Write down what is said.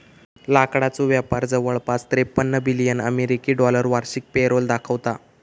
लाकडाचो व्यापार जवळपास त्रेपन्न बिलियन अमेरिकी डॉलर वार्षिक पेरोल दाखवता